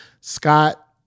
scott